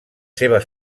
seves